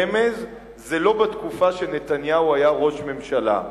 רמז: זה לא בתקופה שנתניהו היה ראש ממשלה.